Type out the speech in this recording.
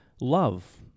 love